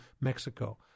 Mexico